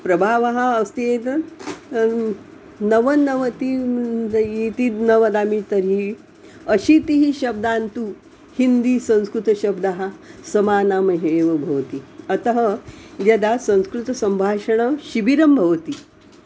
प्रभावः अस्ति यद् नवनवतिः इति न वदामि तर्हि अशीतिः शब्दान् तु हिन्दीसंस्कृतशब्दः समानाम् एव भवति अतः यदा संस्कृतसम्भाषणशिबिरं भवति